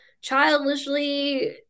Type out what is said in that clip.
childishly